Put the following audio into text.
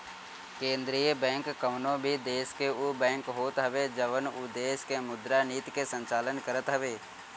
केंद्रीय बैंक कवनो भी देस के उ बैंक होत हवे जवन उ देस के मुद्रा नीति के संचालन करत हवे